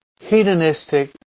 hedonistic